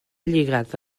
lligat